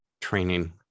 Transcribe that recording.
training